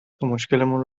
تامشکلمون